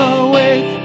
awake